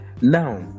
Now